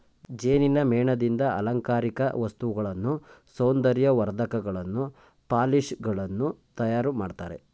ಜೇನಿನ ಮೇಣದಿಂದ ಅಲಂಕಾರಿಕ ವಸ್ತುಗಳನ್ನು, ಸೌಂದರ್ಯ ವರ್ಧಕಗಳನ್ನು, ಪಾಲಿಶ್ ಗಳನ್ನು ತಯಾರು ಮಾಡ್ತರೆ